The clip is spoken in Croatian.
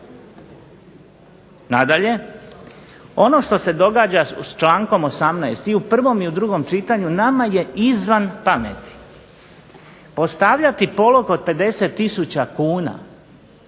Nadalje, ono što se događa s člankom 18. i u prvom i u drugom čitanju nama je izvan pameti. Postavljati polog od 50 tisuća